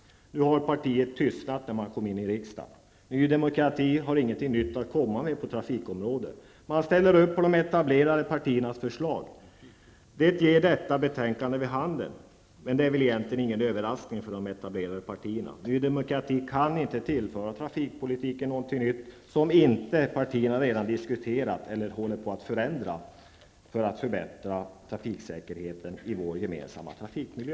Sedan partiet kom in i riksdagen har det tystnat. Ny Demokrati har inget nytt att komma med på trafikområdet. Partiet ställer sig bakom de etablerade partiernas förslag. Det ger detta betänkande vid handen. Men det är väl egentligen ingen överraskning för de etablerade partierna. Ny Demokrati kan inte tillföra trafikpolitiken något nytt som inte partierna redan har diskuterat eller håller på att förändra för att förbättra trafiksäkerheten i vår gemensamma trafikmiljö.